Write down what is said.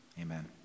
amen